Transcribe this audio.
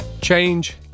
Change